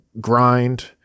grind